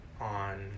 on